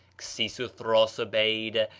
xisuthros obeyed,